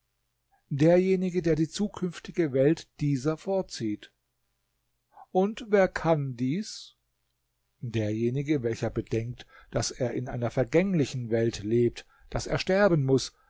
derjenige der die zukünftige welt dieser vorzieht und wer kann dies derjenige welcher bedenkt daß er in einer vergänglichen welt lebt daß er sterben muß